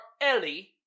Ellie